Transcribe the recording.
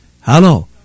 Hello